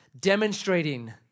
demonstrating